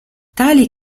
tali